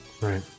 Right